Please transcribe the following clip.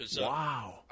Wow